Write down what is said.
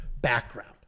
background